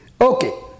Okay